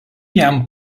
jam